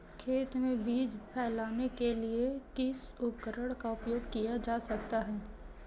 खेत में बीज फैलाने के लिए किस उपकरण का उपयोग किया जा सकता है?